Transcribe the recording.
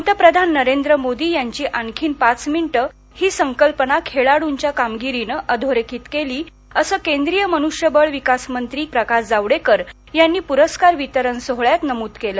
पंतप्रधान नरेंद्र मोदी यांची आणकी पाच मिनिट ही संकल्पना खेळाडूंच्या कामगिरीन अधोरेखित केली आहे असं केंद्रीय मनुष्यबळ विकास मंत्री प्रकाश जावडेकर यांनी पुरस्कार वितरण सोहळ्यात नमुद केलं